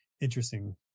interesting